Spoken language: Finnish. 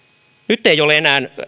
nyt ei ole enää